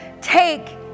take